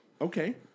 Okay